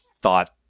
thought